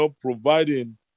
providing